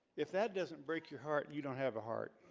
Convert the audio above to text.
if that doesn't break your heart. you don't have a heart